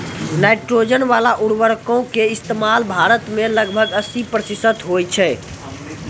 nitrogen बाला उर्वरको के इस्तेमाल भारत मे लगभग अस्सी प्रतिशत होय छै